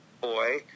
boy